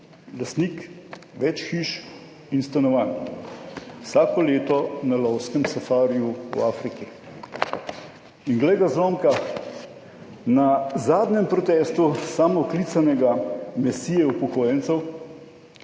lastnik več hiš in stanovanj, vsako leto na lovskem safariju v Afriki. In glej ga zlomka, na zadnjem protestu samooklicanega mesije upokojencev